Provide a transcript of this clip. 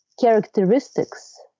characteristics